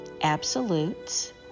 absolutes